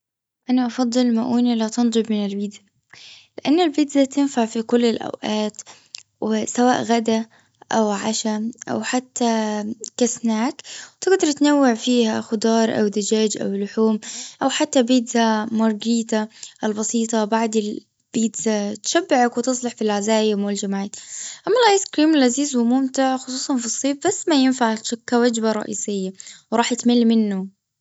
أنا أفضل المؤونة لا تنضب هي البيتزا. لأن البيتزا تنفع في كل الأوقات. وسواء غدا أو عشاء أو حتى كسناك. تقدر تنوع فيها خضار أو دجاج أو لحوم أو حتى بيتزا مارجيترا البسيطة بعد البيتزا تشبعك وتصلح في العزايم والجمعات. أما الأيس كريم لذيذ وممتع خصوصا في الصيف ده ما ينفعش كوجبة رئيسية. وراح تمل منه.